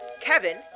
Kevin